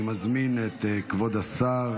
אני מזמין את כבוד השר